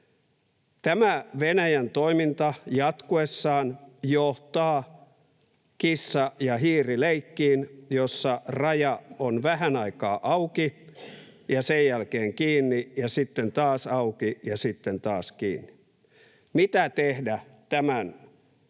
Tämä Venäjän toiminta jatkuessaan johtaa kissa ja hiiri -leikkiin, jossa raja on vähän aikaa auki ja sen jälkeen kiinni ja sitten taas auki ja sitten taas kiinni. Mitä tehdä tämän järjettömän